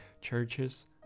churches